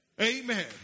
amen